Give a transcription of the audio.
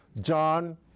John